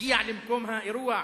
הגיע למקום האירוע.